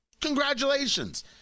congratulations